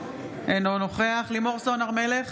אינו נוכח לימור סון הר מלך,